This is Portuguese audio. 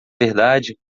verdade